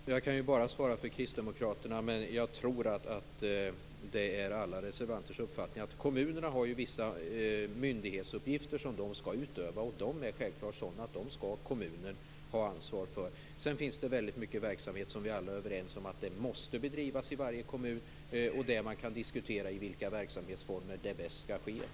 Herr talman! Jag kan bara svara för kristdemokraterna, men jag tror att detta är alla reservanters uppfattning. Kommunerna har ju vissa myndighetsuppgifter som de skall utöva, och dessa skall självfallet kommunen ha ansvaret för. Sedan finns det väldigt mycket verksamhet som vi alla är överens om måste bedrivas i varje kommun men där vi kan diskutera i vilka verksamhetsformer det bäst skall ske.